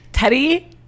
Teddy